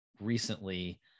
recently